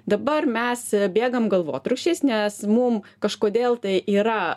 dabar mes bėgam galvotrūkčiais nes mum kažkodėl tai yra